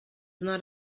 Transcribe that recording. not